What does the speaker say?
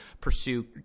pursue